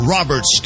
Robert